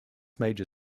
major